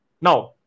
now